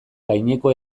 gaineko